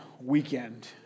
weekend